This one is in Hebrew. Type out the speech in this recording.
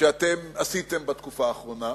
שאתם עשיתם בתקופה האחרונה,